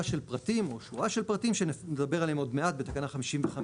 של פרטים שנדבר עליהם עוד מעט בתקנה 55,